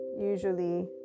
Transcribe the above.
usually